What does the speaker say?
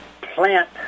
plant